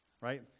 right